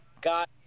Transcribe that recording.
Got